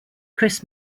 chris